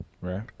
right